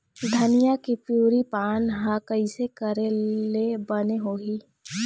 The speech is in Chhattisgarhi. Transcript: धनिया के पिवरी पान हर कइसे करेले बने होही?